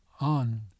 on